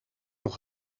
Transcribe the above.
nog